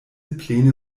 pläne